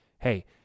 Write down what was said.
hey